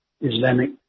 Islamic